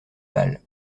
balle